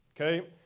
Okay